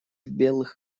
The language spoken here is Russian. белых